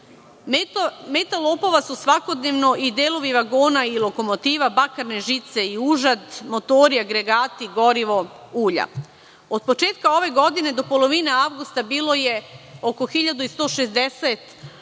lopova su svakodnevno i delovi vagona i lokomotiva, bakarne žice i užad, motori, agregati, gorivo, ulja. Od početka ove godine do polovine avgusta bilo je oko 1160 incidenata